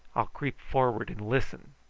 i'll creep forward and listen.